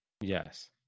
Yes